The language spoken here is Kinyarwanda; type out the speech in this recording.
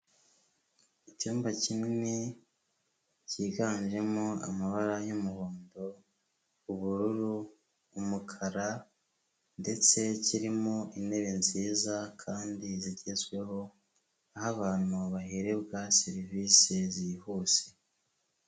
Icyumba kinini cyiganjemo amabara y'umuhondo, ubururu, umukara ndetse kirimo intebe nziza kandi zigezweho, aho abantu baherebwa serivisi zihuse.